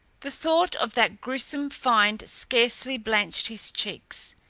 the thought of that gruesome find scarcely blanched his cheeks.